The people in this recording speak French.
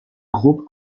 groupe